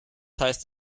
heißt